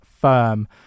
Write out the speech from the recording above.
firm